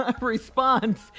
response